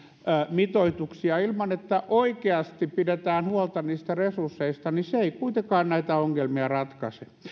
mitoituksia ilman että oikeasti pidetään huolta niistä resursseista ei kuitenkaan näitä ongelmia ratkaise